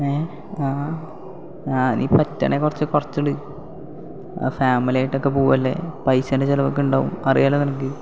ആ ആ നീ പറ്റുകയാണെങ്കിൽ കുറച്ച് കുറച്ചിട് ആ ഫാമിലി ആയിട്ടൊക്കെ പോവുകയല്ലേ പൈസേൻ്റെ ചിലവൊക്കെ ഉണ്ടാവും അറിയാമല്ലോ നിനക്ക്